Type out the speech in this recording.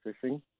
fishing